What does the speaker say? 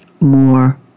more